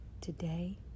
Today